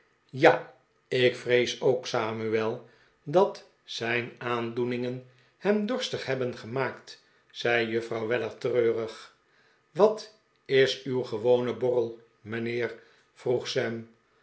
ja ik vrees ook samuel dat zijn aandoeningen hem dorstig hebben gemaakt zei juffrouw weller treurig wat is uw gewone borrel mijnheer vroeg sam